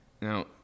Now